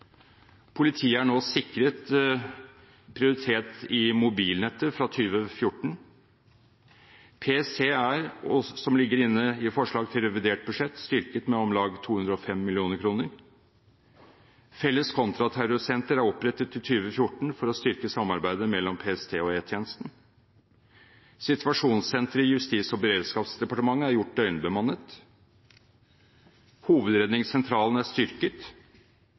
Politiet er nå sikret prioritet i mobilnettet fra 2014. PST er, som også ligger inne i forslag til revidert budsjett, styrket med om lag 205 mill. kr. Felles kontraterrorsenter er opprettet i 2014 for å styrke samarbeidet mellom PST og E-tjenesten. Situasjonssenteret i Justis- og beredskapsdepartementet er gjort døgnbemannet. Hovedredningssentralen er styrket.